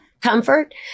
comfort